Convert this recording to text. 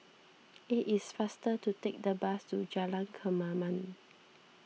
it is faster to take the bus to Jalan Kemaman